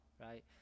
right